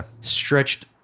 stretched